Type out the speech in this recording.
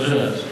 לא שומע.